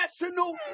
national